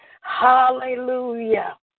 Hallelujah